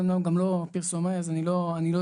אני גם לא פרסומאי אז אני לא יודע,